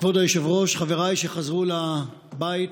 כבוד היושב-ראש, חבריי שחזרו לבית,